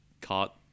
caught